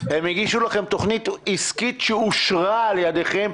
הן הגישו לכם תוכנית עסקית שאושרה על ידכם.